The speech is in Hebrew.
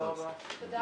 בשעה